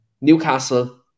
Newcastle